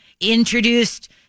introduced